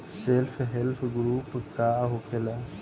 Self help group का होखेला?